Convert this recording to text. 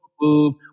move